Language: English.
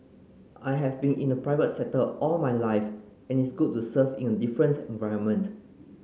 I have been in the private sector all my life and it's good to serve in a different environment